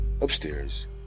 Upstairs